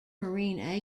marine